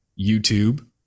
YouTube